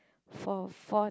for four